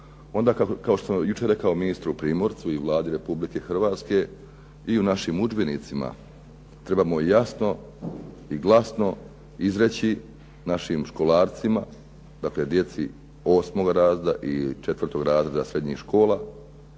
onda kao što sam jučer rekao ministru Primorcu i Vladi Republike Hrvatske i u našim udžbenicima trebamo jasno i glasno izreći našim školarcima, dakle djeci 8. razreda i 4. razreda srednjih škola